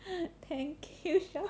thank you sher